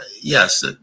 yes